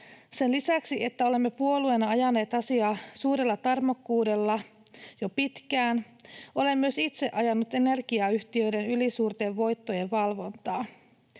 Sen lisäksi, että olemme puolueena ajaneet asiaa suurella tarmokkuudella jo pitkään, olen myös itse ajanut energiayhtiöiden ylisuurten voittojen valvontaa.